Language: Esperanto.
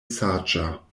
saĝa